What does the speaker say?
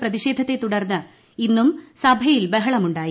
I പ്രതിഷേധത്തെ തുടർന്ന് ഇന്നും സഭയിൽ ബഹളമുണ്ടായി